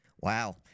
Wow